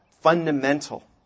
fundamental